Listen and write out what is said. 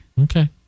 Okay